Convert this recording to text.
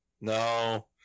No